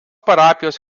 parapijos